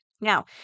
Now